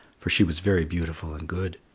for she was very beautiful and good.